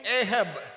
ahab